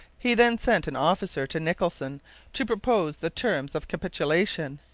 he then sent an officer to nicholson to propose the terms of capitulation.